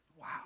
Wow